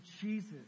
Jesus